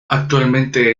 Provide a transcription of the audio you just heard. actualmente